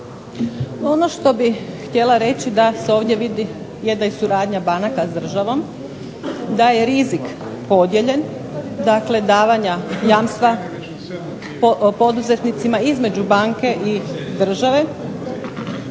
Ono što bih htjela reći da se ovdje vidi jedna suradnja banaka s državom, da je rizik podijeljen, davanje jamstva poduzetnicima između banke i države